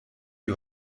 die